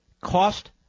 cost